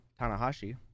Tanahashi